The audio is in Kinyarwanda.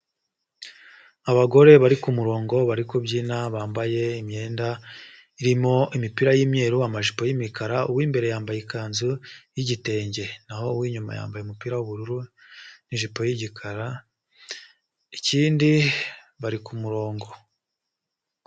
Abagore bari ku murongo, bari kubyina, bambaye imyenda irimo imipira y'imyeru, amajipo y'imikara, uw'imbere yambaye ikanzu y'igitenge, naho uw'inyuma yambaye umupira w'ubururu n'ijipo y'igikara, ikindi bari ku murongo.